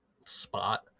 spot